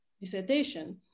dissertation